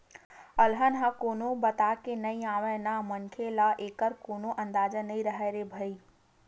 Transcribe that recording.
अलहन ह कोनो बताके नइ आवय न मनखे ल एखर कोनो अंदाजा नइ राहय रे भई